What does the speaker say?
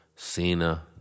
Cena